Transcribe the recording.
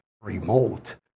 remote